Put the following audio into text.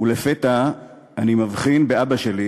ולפתע אני מבחין באבא שלי,